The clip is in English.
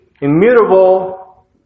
immutable